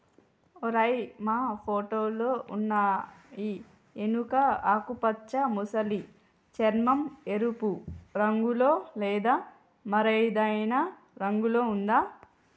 ఓరై మా ఫోటోలో ఉన్నయి ఎనుక ఆకుపచ్చ మసలి చర్మం, ఎరుపు రంగులో లేదా మరేదైనా రంగులో ఉందా